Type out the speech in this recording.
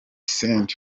cent